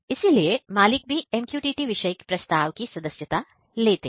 इसलिए मालिक भी MQTT विषय प्रस्ताव की सदस्यता लेते हैं